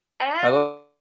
Hello